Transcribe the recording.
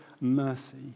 mercy